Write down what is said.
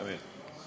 אמן.